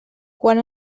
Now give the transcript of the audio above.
quan